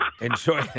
enjoy